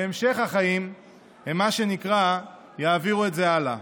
בהמשך החיים הם, מה שנקרא, יעבירו את זה הלאה.